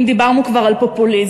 אם דיברנו כבר על פופוליזם?